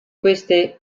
queste